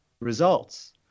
results